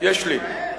יש לי.